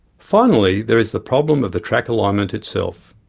finally, there is the problem of the track alignment itself.